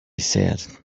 said